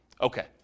Okay